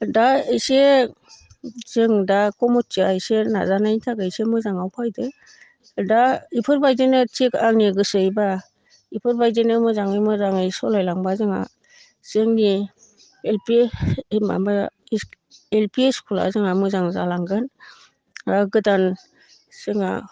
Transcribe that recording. दा एसे जों दा कमिथिया एसे नाजानायनि थाखायसो मोजाङाव फैदों दा बेफोरबायदियैनो थिग आंनि गोसोयैबा बेफोरबायदिनो मोजाङै मोजाङै सालाय लांबा जोंहा जोंनि एल पि माबा एल पि स्कुला जोंहा मोजां जालांगोन आरो गोदान जोङो